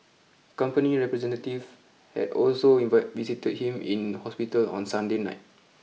company representative had also invite visited him in hospital on Sunday night